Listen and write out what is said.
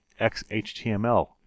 XHTML